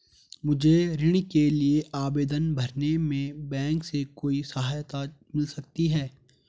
मुझे ऋण के लिए आवेदन भरने में बैंक से कोई सहायता मिल सकती है?